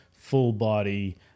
full-body